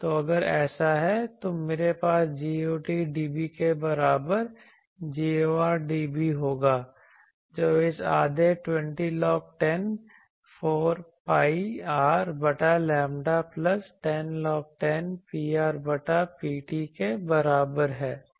तो अगर ऐसा है तो मेरे पास Got dB के बराबर Gor dB होगा जो इस आधे 20log10 4 pi R बटा लैम्ब्डा प्लस 10log10 Pr बटा Pt के बराबर है